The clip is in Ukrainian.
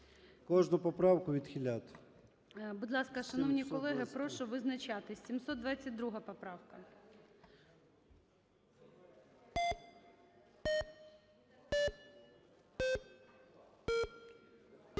кожну поправку відхиляти.